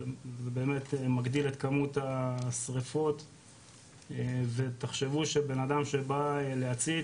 זה באמת מגדיל את כמות השריפות ותחשבו שבן אדם שבא להצית